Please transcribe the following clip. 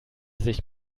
sich